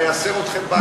אייסר אתכם בעקרבים.